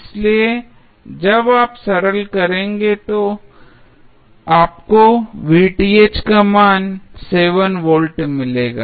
इसलिए जब आप सरल करेंगे तो आपको का मान 7 वोल्ट मिलेगा